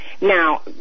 Now